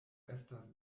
estas